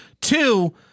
Two